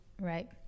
Right